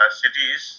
cities